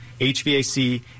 HVAC